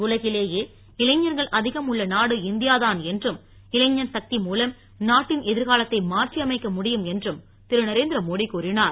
உலகிலேயே இளைஞர்கன் அதிகம் உள்ள நாடு இந்தியா தான் என்றும் இளைஞர் சக்தி மூலம் நாட்டின் எதிர்காலத்தை மாற்றி அமைக்க முடியும் என்றும் திருநரேந்திரமோடி கூறினார்